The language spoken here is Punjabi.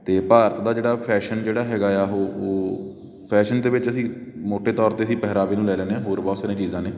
ਅਤੇ ਭਾਰਤ ਦਾ ਜਿਹੜਾ ਫ਼ੈਸ਼ਨ ਜਿਹੜਾ ਹੈਗਾ ਏ ਆ ਉਹ ਉਹ ਫ਼ੈਸ਼ਨ ਦੇ ਵਿੱਚ ਅਸੀਂ ਮੌਟੇ ਤੌਰ 'ਤੇ ਅਸੀਂ ਪਹਿਰਾਵੇ ਨੂੰ ਲੈ ਲੈਂਦੇ ਹਾਂ ਹੋਰ ਬਹੁਤ ਸਾਰੀਆਂ ਚੀਜ਼ਾਂ ਨੇ